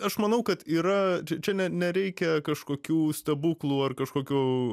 aš manau kad yra čia ne nereikia kažkokių stebuklų ar kažkokių